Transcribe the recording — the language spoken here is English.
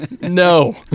No